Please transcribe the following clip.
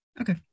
Okay